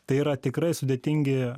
tai yra tikrai sudėtingi